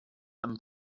and